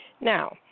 Now